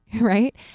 right